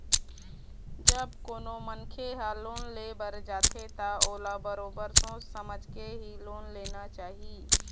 जब कोनो मनखे ह लोन ले बर जाथे त ओला बरोबर सोच समझ के ही लोन लेना चाही